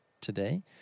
today